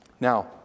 Now